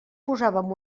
posàvem